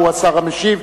והוא השר המשיב,